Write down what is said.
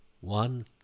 one